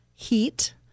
Heat